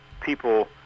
people